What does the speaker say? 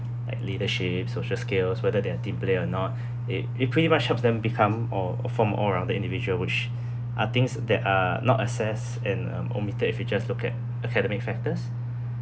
like leadership social skills whether they are team player or not it it pretty much helps them become or a formed all-rounded individual which are things that are not accessed and uh omitted if you just look at academic factors